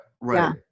right